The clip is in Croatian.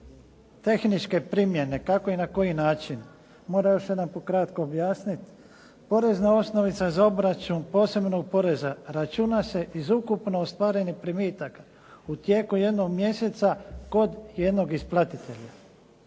tehničke primjene kako i na koji način, moram još jedanput kratko objasnit. Porezna osnovica za obračun posebnog poreza računa se iz ukupno ostvarenih primitaka u tijeku jednog mjeseca kod jednog isplatitelja